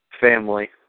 family